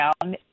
down